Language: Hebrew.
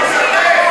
את רוצה?